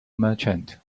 merchant